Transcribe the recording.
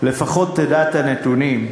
לפחות תדע את הנתונים: